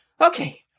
Okay